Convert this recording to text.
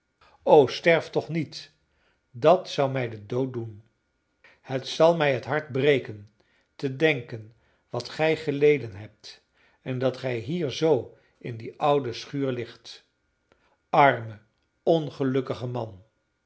o sterf toch niet dat zou mij den dood doen het zal mij het hart breken te denken wat gij geleden hebt en dat gij hier zoo in die oude schuur ligt arme ongelukkige man